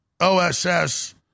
OSS